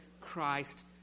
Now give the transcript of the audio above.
Christ